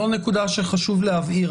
זו נקודה שחשוב להבהיר.